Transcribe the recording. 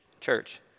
church